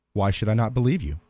why should i not believe you?